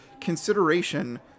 consideration